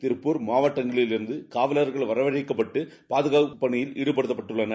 திருப்பூர் மாவட்டங்களிலிருந்து காவல்கள் வரவழைக்கப்பட்டு பாதகாப்பு பணியில் ஈடுபடுத்தப்பட்டுள்ளனர்